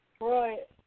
Right